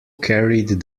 carried